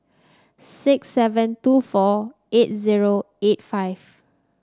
six seven two four eight zero eight five